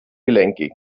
gelenkig